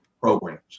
programs